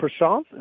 Prashant